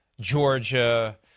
Georgia